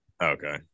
Okay